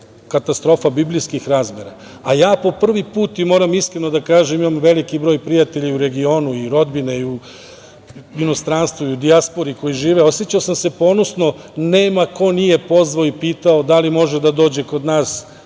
katastrofa biblijskih razmera. Moram iskreno da kažem, imam veliki broj prijatelja i u regionu i rodbine i u inostranstvu i u dijaspori koji žive. Osećao sam se ponosno. Nema ko nije pozvao i pitao da li može da dođe kod nas